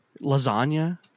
lasagna